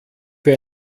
für